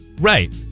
right